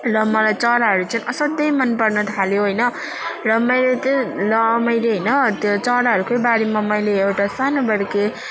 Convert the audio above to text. ल मलाई चराहरू चाहिँ असाध्यै मनपर्न थाल्यो होइन र मैले त्यो ल मैले होइन त्यो चराहरूको बारेमा मैले सानोबडे